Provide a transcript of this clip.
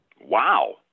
Wow